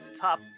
top